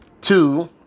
Two